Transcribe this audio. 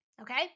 Okay